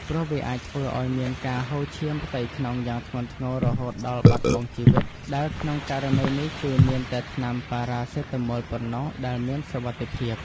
ព្រោះវាអាចធ្វើឱ្យមានការហូរឈាមផ្ទៃក្នុងយ៉ាងធ្ងន់ធ្ងររហូតដល់បាត់បង់ជីវិត ដែលក្នុងករណីនេះ គឺមានតែថ្នាំប៉ារ៉ាសេតាមុលប៉ុណ្ណោះដែលមានសុវត្ថិភាព។